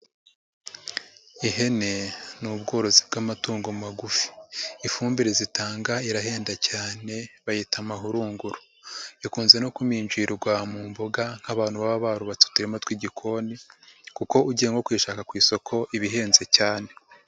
Ihene ni ubworozi bw'amatungo magufi, ifumbire zitanga irahenda cyane bayita amahurunguru, ikunze no kuminjirwa mu mboga nk'abantu baba barubatse uturima tw'igikoni kuko ugiye nko kuyishaka ku isoko iba ihenze cyane.